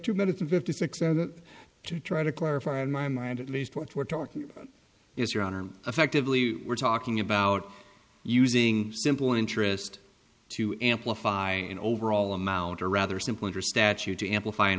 two minutes and fifty six to try to clarify in my mind at least what we're talking about is your honor effectively we're talking about using simple interest to amplify an overall amount or rather simpler statute to amplify